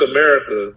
America